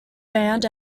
band